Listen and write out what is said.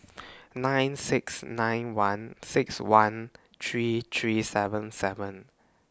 nine six nine one six one three three seven seven